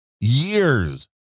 years